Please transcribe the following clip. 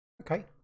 okay